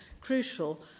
crucial